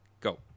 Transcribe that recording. go